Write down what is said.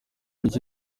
buryo